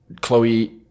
Chloe